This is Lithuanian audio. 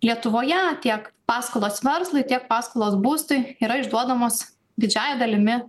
lietuvoje tiek paskolos verslui tiek paskolos būstui yra išduodamos didžiąja dalimi